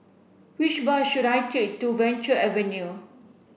which bus should I take to Venture Avenue